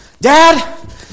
Dad